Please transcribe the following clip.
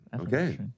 Okay